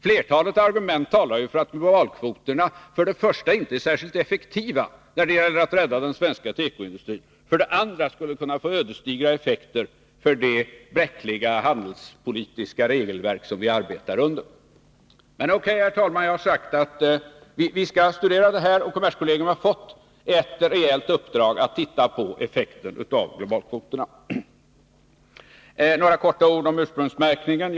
Flertalet argument talar för att globalkvoterna för det första inte är särskilt effektiva när det gäller att rädda den svenska tekoindustrin och för det andra skulle kunna få ödesdigra effekter för det bräckliga, handelspolitiska regelverk som vi arbetar under. Nu har jag dock, herr talman, sagt att vi skall studera det här, och kommerskollegium har också fått ett reellt uppdrag att se på effekterna av globalkvoterna. Låt mig också kort säga några ord om ursprungsmärkningen.